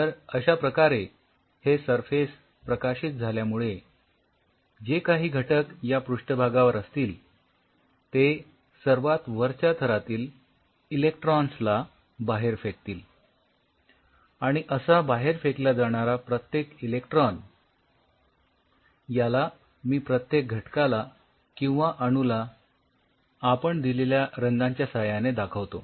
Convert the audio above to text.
तर अश्या प्रकारे हे सरफेस प्रकाशित झाल्यामुळे जे काही घटक या पृष्ठभागावर असतील ते सर्वात वरच्या थरातील इलेक्ट्रॉन्स ला बाहेर फेकतील आणि असा बाहेर फेकला जाणारा प्रत्येक इलेक्ट्रॉन याला मी प्रत्येक घटकाला किंवा अणूला आपण दिलेल्या रंगांच्या साह्याने दाखवतो